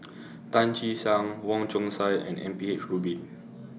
Tan Che Sang Wong Chong Sai and M P H Rubin